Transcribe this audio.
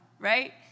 right